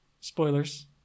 Spoilers